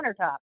countertop